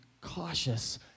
cautious